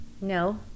No